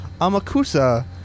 Amakusa